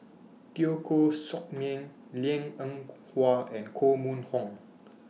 Teo Koh Sock Miang Liang Eng Hwa and Koh Mun Hong